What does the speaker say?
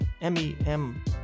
M-E-M